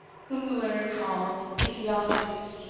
whom the learned call ephialtes,